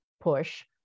push